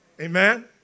Amen